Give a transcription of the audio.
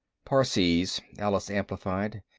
parsees, alice amplified.